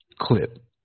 clip